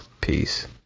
peace